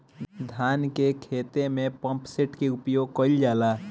धान के ख़हेते में पम्पसेट का उपयोग कइल जाला?